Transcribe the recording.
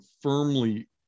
firmly